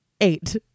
eight